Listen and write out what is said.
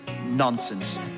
nonsense